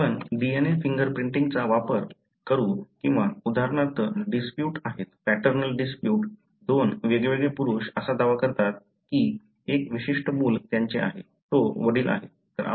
आपण DNA finger प्रिंटिंगचा वापर करू किंवा उदाहरणार्थ डिस्प्युट आहेत पॅटर्नल डिस्प्युट दोन वेगवेगळे पुरुष असा दावा करतात की एक विशिष्ट मूल त्यांचे आहे तो वडील आहे